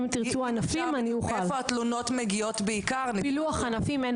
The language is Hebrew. אם תרצו לקבל ענפים, אוכל.